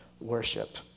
worship